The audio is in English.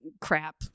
crap